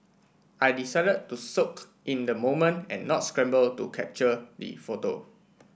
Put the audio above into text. I decided to soak in the moment and not scramble to capture the photo